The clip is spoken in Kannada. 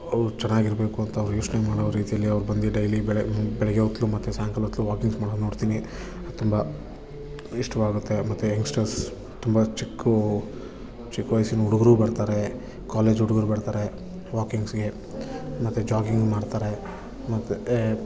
ಅವ್ರು ಚೆನ್ನಾಗಿರ್ಬೇಕು ಅಂತ ಅವ್ರು ಯೋಚನೆ ಮಾಡೋ ರೀತಿಲಿ ಅವ್ರು ಬಂದು ಡೈಲಿ ಬೆಳಿಗ್ಗೆ ಬೆಳಿಗ್ಗೆ ಹೊತ್ತು ಮತ್ತು ಸಾಯಂಕಾಲ ಹೊತ್ತು ವಾಕಿಂಗ್ಸ್ ಮಾಡೋದು ನೋಡ್ತೀನಿ ತುಂಬ ಇಷ್ಟವಾಗುತ್ತೆ ಮತ್ತು ಯಂಗ್ಸ್ಟರ್ಸ್ ತುಂಬ ಚಿಕ್ಕ ಚಿಕ್ಕ ವಯಸ್ಸಿನ ಹುಡುಗರು ಬರ್ತಾರೆ ಕಾಲೇಜು ಹುಡುಗರು ಬರ್ತಾರೆ ವಾಕಿಂಗ್ಸ್ಗೆ ಮತ್ತು ಜಾಗಿಂಗ್ ಮಾಡ್ತಾರೆ ಮತ್ತೆ